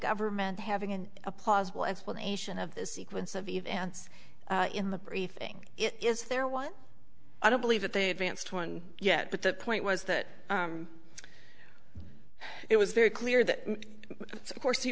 government having and a plausible explanation of the sequence of events in the briefing it is there was i don't believe that they advanced one yet but the point was that it was very clear that of course he